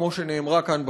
כמו שנאמרה כאן,